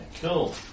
Cool